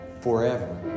forever